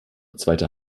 zweite